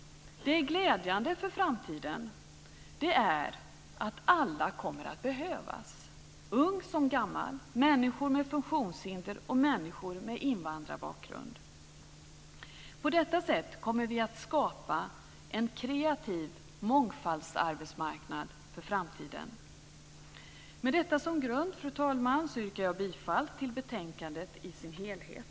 Det glädjande för framtiden är att alla kommer att behövas, ung som gammal, människor med funktionshinder och människor med invandrarbakgrund. På detta sätt kommer vi att skapa en kreativ mångfaldsarbetsmarknad för framtiden. Med detta som grund, fru talman, yrkar jag bifall till utskottets hemställan i dess helhet.